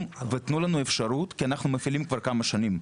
ותנו לנו אפשרות כי אנחנו מפעילים כבר כמה שנים.